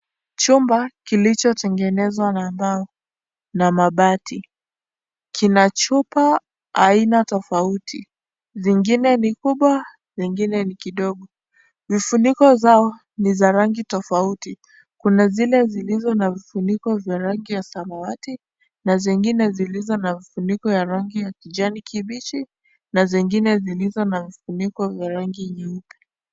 Chumba kilichotengenezwa na mbao na mabati, kina chupa aina tofauti. Zingine ni kubwa, zingine ni kidogo vifuniko zao ni za rangi tofauti. Kuna zile zilizo na vifuniko vya rangi ya samawati na zingine zilizo na vifuniko ya rangi ya kijani kibichi na zingine zilizo na vifuniko vya rangi nyeupe.